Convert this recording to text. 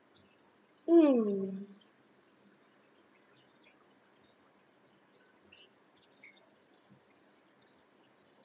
mm